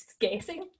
guessing